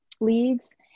leagues